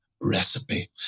recipe